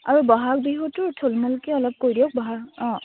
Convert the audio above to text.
আৰু বহাগ বিহুটো থূলমূলকৈ অলপ কৈ দিয়ক বহাগ অঁ